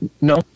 no